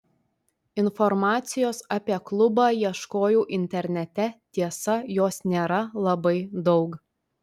informacijos apie klubą ieškojau internete tiesa jos nėra labai daug